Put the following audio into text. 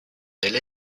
elle